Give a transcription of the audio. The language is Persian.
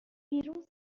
بیرون